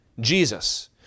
Jesus